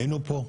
היינו פה,